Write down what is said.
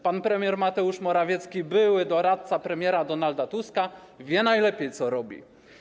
Pan premier Mateusz Morawiecki, były doradca premiera Donalda Tuska, wie najlepiej, co robi.